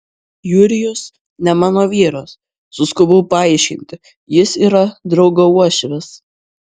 jurijus ne mano vyras suskubau paaiškinti jis yra draugo uošvis